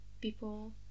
people